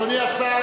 בבקשה, אדוני השר.